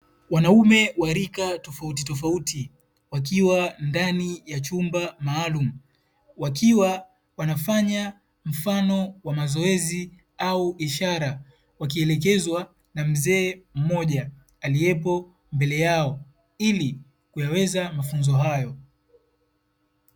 Wanaume wa rika tofauti tofauti, wakiwa ndani ya chumba maalumu, wakiwa wanafanya mfano wa mazoezi au ishara, wakielekezwa na mzee mmoja aliyepo mbele yao, ili kuyaweza mafunzo hayo.